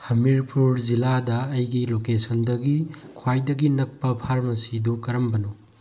ꯍꯥꯃꯤꯔꯄꯨꯔ ꯖꯤꯂꯥꯗ ꯑꯩꯒꯤ ꯂꯣꯀꯦꯁꯟꯗꯒꯤ ꯈ꯭ꯋꯥꯏꯗꯒꯤ ꯅꯛꯄ ꯐꯥꯔꯃꯥꯁꯤꯗꯨ ꯀꯔꯝꯕꯅꯣ